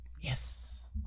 Yes